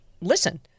listen